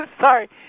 Sorry